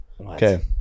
Okay